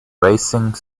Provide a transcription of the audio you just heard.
racing